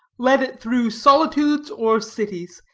lead it through solitudes or cities,